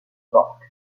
banque